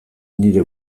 nire